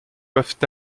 peuvent